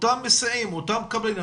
לאותם מסיעים, לאותם קבלנים?